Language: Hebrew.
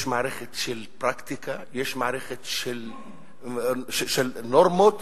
יש מערכת של פרקטיקה, יש מערכת של נורמות